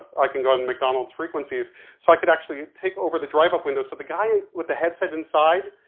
i can go on mcdonald's frequencies so i could actually take over the drive-up window. so the guy with the headset inside,